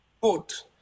quote